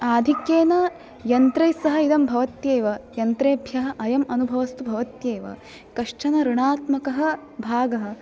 आधिक्येन यन्त्रैः सह इदं भवत्येव यन्त्रेभ्यः अयम् अनुभवस्तु भवत्येव कश्चन ऋणात्मकः भागः